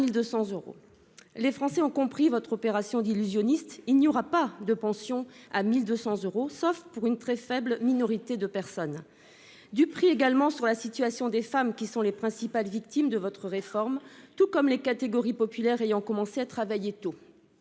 Les Français ont compris votre opération d'illusionniste : il n'y aura pas de pensions à 1 200 euros, sauf pour une très faible minorité. Duperie également pour ce qui concerne la situation des femmes, qui sont les principales victimes de votre réforme, tout comme les catégories populaires ayant commencé à travailler tôt.